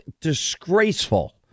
disgraceful